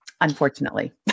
unfortunately